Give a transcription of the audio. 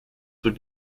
would